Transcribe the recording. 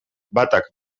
batak